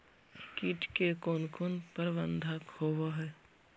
किट के कोन कोन प्रबंधक होब हइ?